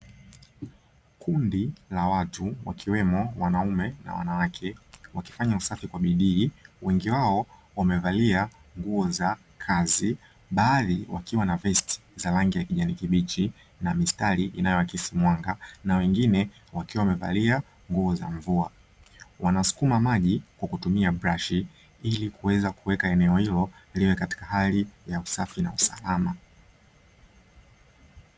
Kundi la watu wakiwemo wanaume na wanawake wakifanya usafi kwa bidii wengi wao wamevalia nguo za kazi, baadhi wakiwa na fulana za rangi ya kijani kibichi na mistari inyoakisi mwanga na wengine wakiwa wamevalia nguo za mvua. Wanasukuma maji kwa kutumia brashi ilikuweza kuweka eneo hilo liwe katika hali ya usafi na usalama.